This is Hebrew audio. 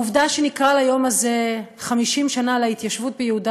העובדה שנקרא ליום הזה "50 שנה להתיישבות ביהודה